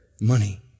money